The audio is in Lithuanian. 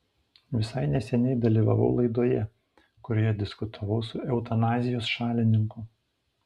visai neseniai dalyvavau laidoje kurioje diskutavau su eutanazijos šalininku